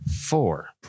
four